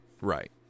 Right